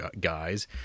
guys